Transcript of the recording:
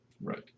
Right